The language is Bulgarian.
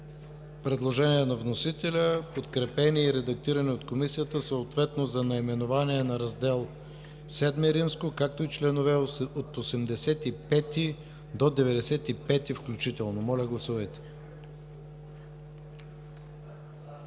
предложения на вносителя, подкрепени и редактирани от Комисията съответно за наименование на Раздел VІІ, както и членове от 85 до 95 включително. Моля, гласувайте.